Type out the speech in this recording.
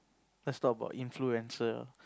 first talk about influencer